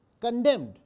condemned